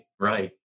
right